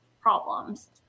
problems